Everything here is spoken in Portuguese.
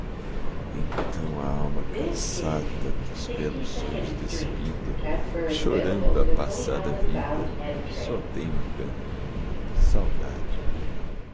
então a alma cansada dos belos sonhos despida chorando a passada vida só tem um canto saudade